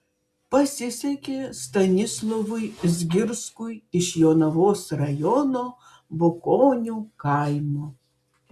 pasisekė stanislovui zgirskui iš jonavos rajono bukonių kaimo